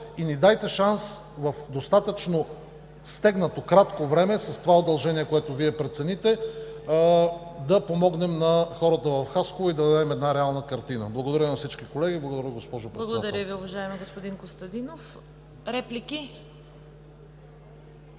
и ни дайте шанс в достатъчно стегнато, кратко време с удължение, което Вие прецените, да помогнем на хората в Хасково и да дадем една реална картина. Благодаря на всички колеги. Благодаря Ви, госпожо Председател. ПРЕДСЕДАТЕЛ ЦВЕТА КАРАЯНЧЕВА: Благодаря Ви, уважаеми господин Костадинов. Реплики?